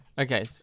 Okay